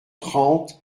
trente